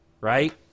right